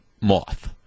moth